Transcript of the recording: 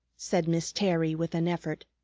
said miss terry with an effort,